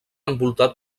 envoltat